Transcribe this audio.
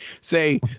say